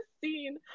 scene